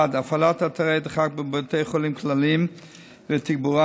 הפעלת אתרי דחק בבתי חולים כלליים ותגבורם